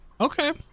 Okay